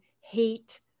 hate